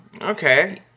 Okay